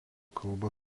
kalba